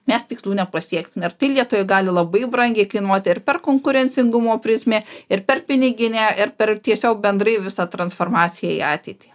mes tikslų nepasieksime ir tai lietuvai gali labai brangiai kainuoti ir per konkurencingumo prizmę ir per piniginę ir per tiesiog bendrai visą transformaciją į ateitį